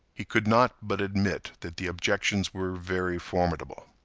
he could not but admit that the objections were very formidable.